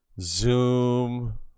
Zoom